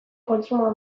kontsumoa